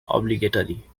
obligatory